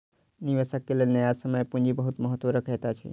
निवेशकक लेल न्यायसम्य पूंजी बहुत महत्त्व रखैत अछि